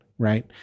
Right